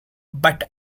but